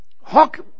Hawk